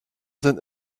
sind